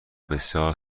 بسیار